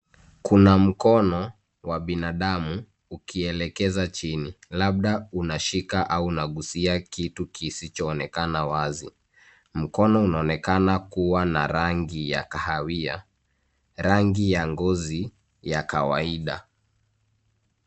Kuna mkono wa binadamu ukielekeza chini labda unashika au unagusia kitu kisicho onekana wazi. Mkono unaonekana kuwa na rangi ya kahawia, rangi ya ngozi ya kawaida